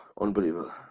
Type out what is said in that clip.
Unbelievable